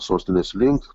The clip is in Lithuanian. sostinės link